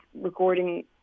recording